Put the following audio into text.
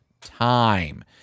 time